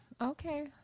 Okay